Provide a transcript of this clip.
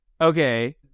okay